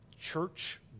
Church